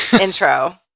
intro